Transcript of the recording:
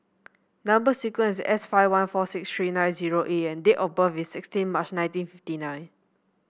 number sequence S five one four six three nine zero A and date of birth is sixteen March nineteen fifty nine